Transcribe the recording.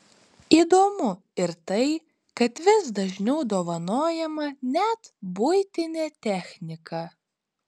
įdomu ir tai kad vis dažniau dovanojama net buitinė technika